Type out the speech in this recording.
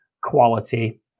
quality